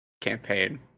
campaign